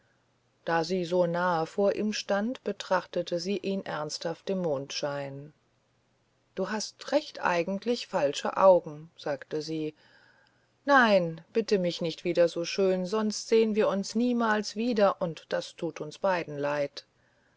da sie so nahe vor ihm stand betrachtete sie ihn ernsthaft im mondschein du hast eigentlich recht falsche augen sagte sie nein bitte mich nicht wieder so schön sonst sehn wir uns niemals wieder und das tut uns beiden leid